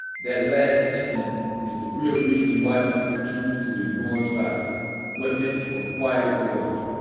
that last sentence is the real reason why people choose to ignore silent weapons for quiet wars.